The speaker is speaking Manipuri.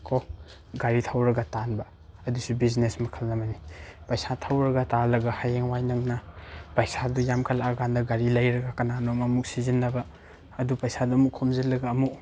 ꯀꯣ ꯒꯥꯔꯤ ꯊꯧꯔꯒ ꯇꯥꯟꯕ ꯑꯗꯨꯁꯨ ꯕꯤꯖꯤꯅꯦꯁ ꯃꯈꯜ ꯑꯃꯅꯤ ꯄꯩꯁꯥ ꯊꯧꯔꯒ ꯇꯥꯜꯂꯒ ꯍꯌꯦꯡꯋꯥꯏ ꯅꯪꯅ ꯄꯩꯁꯥꯗꯨ ꯌꯥꯝꯈꯠꯂꯛꯑ ꯀꯥꯟꯗ ꯒꯥꯔꯤ ꯂꯩꯔꯒ ꯀꯅꯥꯅꯣꯝꯃ ꯑꯃꯨꯛ ꯁꯤꯖꯤꯟꯅꯕ ꯑꯗꯨ ꯄꯩꯁꯥꯗꯨꯃꯨꯛ ꯈꯣꯝꯖꯤꯜꯂꯒ ꯑꯃꯨꯛ